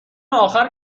اخر